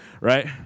Right